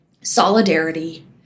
Solidarity